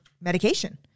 medication